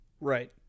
Right